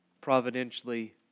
providentially